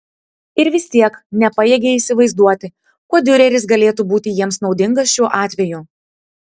ir vis tiek nepajėgė įsivaizduoti kuo diureris galėtų būti jiems naudingas šiuo atveju